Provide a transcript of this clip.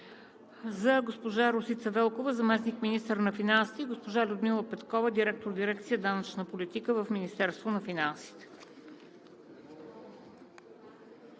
на госпожа Росица Велкова – заместник-министър на финансите, и госпожа Людмила Петкова – директор на дирекция „Данъчна политика“ в Министерството на финансите.